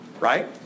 Right